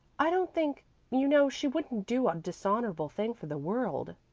i don't think you know she wouldn't do a dishonorable thing for the world,